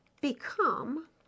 become